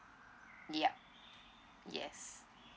yup yes